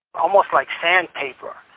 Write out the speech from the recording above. almost like sandpaper.